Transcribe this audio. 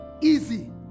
easy